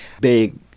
big